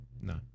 No